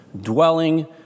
dwelling